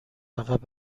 عقب